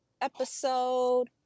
episode